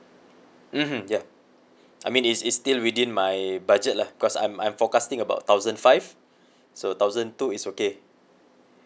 mmhmm yup I mean is is still within my a budget lah because I'm I'm forecasting about thousand five so thousand two is okay